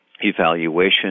evaluation